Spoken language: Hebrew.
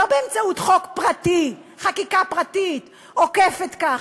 לא באמצעות חוק פרטי, חקיקה פרטית עוקפת, ככה,